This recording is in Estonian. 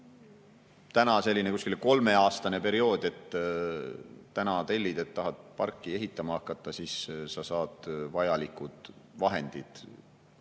kuskil kolmeaastane periood, nii et kui täna tellid ja tahad parki ehitama hakata, siis sa saad vajalikud vahendid,